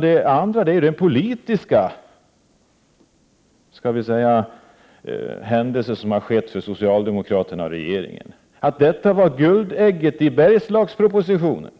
Den politiska händelsen för socialdemokraterna och regeringen var att detta var guldägget i Bergslagspropositionen.